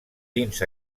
dins